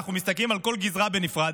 אנחנו מסתכלים על כל גזרה בנפרד,